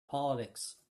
politics